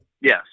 Yes